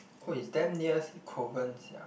oh it's damn near Kovan sia